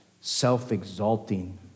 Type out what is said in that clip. self-exalting